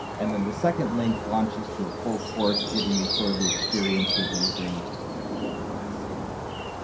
and then the second link launches to a full course giving you sort of the experience of using myopenmath stand-alone.